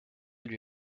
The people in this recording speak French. lui